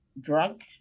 drunk